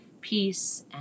peace